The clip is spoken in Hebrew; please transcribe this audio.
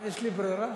יש לי ברירה?